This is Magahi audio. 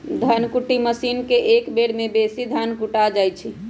धन कुट्टी मशीन से एक बेर में बेशी धान कुटा जा हइ